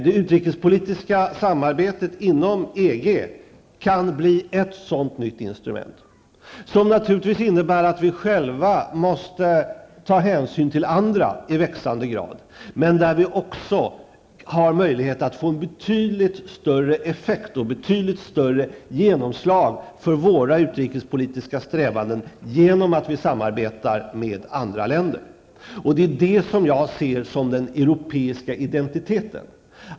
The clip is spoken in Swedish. Det utrikespolitiska samarbetet inom EG kan bli ett sådant nytt instrument, som naturligtvis innebär att vi själva i växande grad måste ta hänsyn till andra, men också att vi har möjlighet att få en betydligt större effekt och ett betydligt större genomslag för våra utrikespolitiska strävanden genom att vi samarbetar med andra länder. Därmed kan vi, som jag ser det, bidra till att prägla den europeiska identiteten.